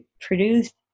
produced